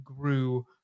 grew